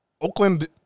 Oakland